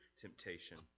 temptation